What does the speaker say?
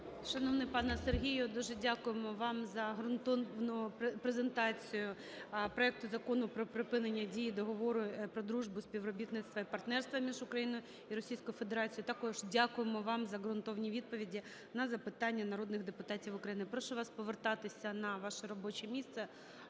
Шановний пане Сергію, дуже дякуємо вам за ґрунтовну презентацію проекту Закону про припинення дії Договору про дружбу, співробітництво і партнерство між Україною і Російською Федерацією. Також дякуємо вам за ґрунтовні відповіді на запитання народних депутатів України. Прошу вас повертатися на ваше робоче місце